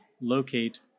locate